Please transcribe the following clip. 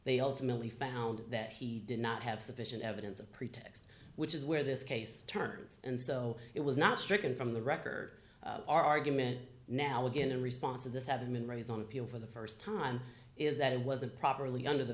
they ultimately found that he did not have sufficient evidence of pretext which is where this case turns and so it was not stricken from the record our argument now again in response to this having been raised on appeal for the st time is that it wasn't properly under the